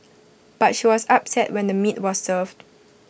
but she was upset when the meat was served